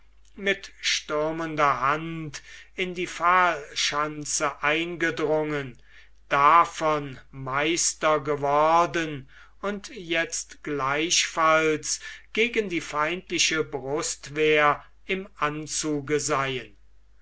mit stürmender hand in die pfahlschanze eingedrungen davon meister geworden und jetzt gleichfalls gegen die feindliche brustwehr im anzuge seien